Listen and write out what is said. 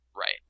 Right